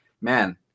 Man